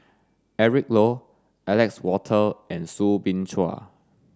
Eric Low Alexander Wolters and Soo Bin Chua